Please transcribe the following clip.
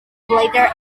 bladder